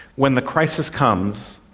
when the crisis comes,